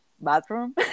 bathroom